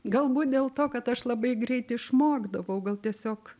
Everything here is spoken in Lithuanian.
galbūt dėl to kad aš labai greit išmokdavau gal tiesiog